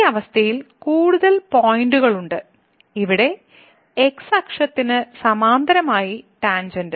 ഈ അവസ്ഥയിൽ കൂടുതൽ പോയിന്റുകളുണ്ട് ഇവിടെ x അക്ഷത്തിന് സമാന്തരമായി ടാൻജെന്റ്